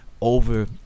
over